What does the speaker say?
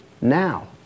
now